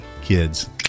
kids